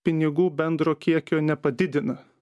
pinigų bendro kiekio nepadidina